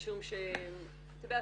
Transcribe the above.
משום שאתה יודע,